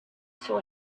saw